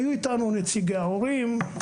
היו איתנו נציגי ההורים,